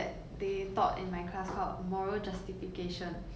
uh sometimes ya so sometimes right